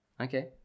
Okay